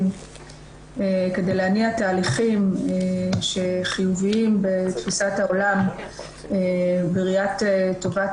כדי להניע תהליכים שחיוביים בתפיסת העולם בראיית טובת